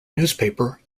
newspaper